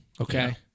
Okay